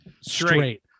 Straight